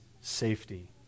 safety